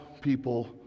people